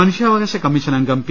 മനുഷ്യാവകാശ കമ്മീഷൻ അംഗം പി